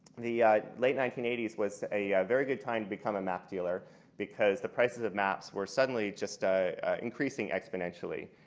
the late nineteen eighty s was a very good time to become a map dealer because the prices of maps were suddenly just ah increasing exponentially.